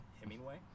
Hemingway